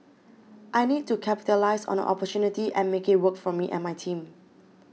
I need to capitalise on the opportunity and make it work for me and my team